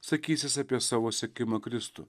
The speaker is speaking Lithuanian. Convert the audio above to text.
sakysis apie savo sekimą kristų